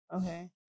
Okay